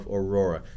Aurora